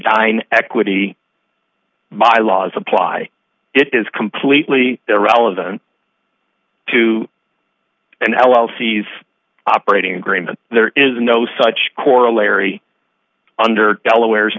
dine equity by laws apply it is completely irrelevant to an l l c is operating agreement there is no such corollary under delaware's